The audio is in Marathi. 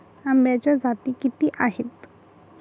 आंब्याच्या जाती किती आहेत?